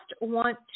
want